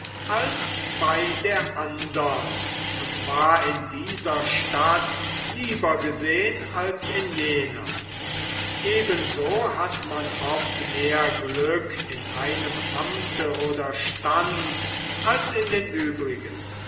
als bei der andern und war in dieser stadt lieber gesehn als in jener ebenso hat man oft mehr glück in einem amte oder stand als in den übrigen